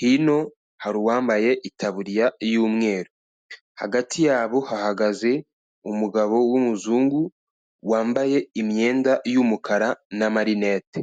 hino hari uwambaye itaburiya y'umweru, hagati yabo hahagaze umugabo w'umuzungu wambaye imyenda y'umukara n'amarinete.